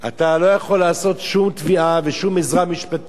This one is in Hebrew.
אתה לא יכול לעשות שום תביעה ושום עזרה משפטית,